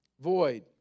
void